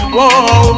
Whoa